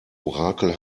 orakel